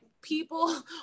people